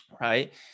Right